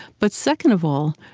but second of all,